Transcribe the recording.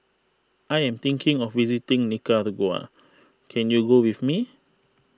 I am thinking of visiting Nicaragua can you go with me